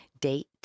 date